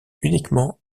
uniquement